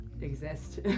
exist